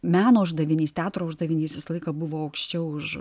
meno uždavinys teatro uždavinys visą laiką buvo aukščiau už